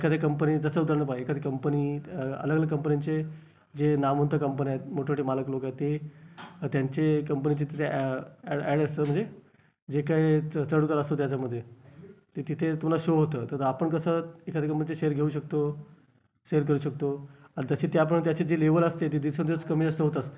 एखाद्या कंपनीत कसं होतं ना पहा हे एखादी कंपनी अलग अलग कंपन्यांचे जे नामवंत कंपन्या आहेत मोठमोठे मालक लोक आहेत ते त्यांचे कंपनीचे तिथे ॲ ॲड ॲड असतं म्हणजे जे काय चं चढउतार असतो त्याच्यामध्ये ते तिथे पुन्हा शो होतं तर आपण कसं एखादी कंपनीचे शेअर घेऊ शकतो शेर करू शकतो आणि तशी त्याप्रमाणे त्याची जी लेवल असते ती दिवसेंदिवस कमी जास्त होत असते